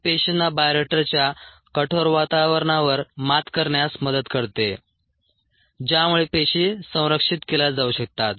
ते पेशींना बायोरिएक्टरच्या कठोर वातावरणावर मात करण्यास मदत करते ज्यामुळे पेशी संरक्षित केल्या जाऊ शकतात